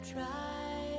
try